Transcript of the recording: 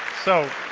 so